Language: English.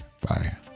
Bye